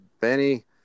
Benny